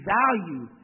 value